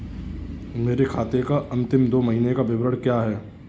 मेरे खाते का अंतिम दो महीने का विवरण क्या है?